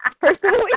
personally